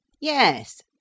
Yes